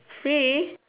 free